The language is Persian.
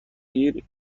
گیر